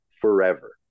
forever